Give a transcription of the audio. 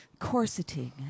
corseting